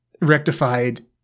Rectified